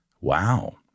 Wow